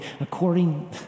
according